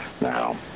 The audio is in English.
Now